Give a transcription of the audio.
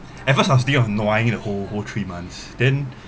at first I was annoying the whole whole three months then